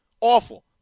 awful